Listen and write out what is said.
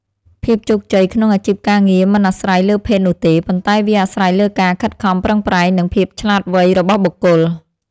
ភាពជោគជ័យក្នុងអាជីពការងារមិនអាស្រ័យលើភេទនោះទេ ប៉ុន្តែវាអាស្រ័យលើការខិតខំប្រឹងប្រែងនិងភាពឆ្លាតវៃរបស់បុគ្គល។